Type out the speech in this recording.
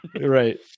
Right